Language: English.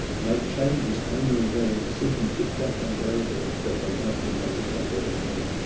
make changes only when the symptoms get that unbearable that they don't really want to live like that anymore.